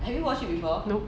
no